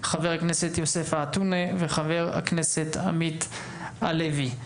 ח"כ יוסף עטאונה וחבר הכנסת עמית הלוי.